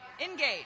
Engage